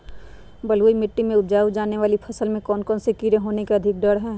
बलुई मिट्टी में उपजाय जाने वाली फसल में कौन कौन से कीड़े होने के अधिक डर हैं?